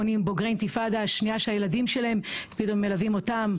פונים בוגרי אינתיפאדה השנייה שהילדים שלהם מלווים אותם.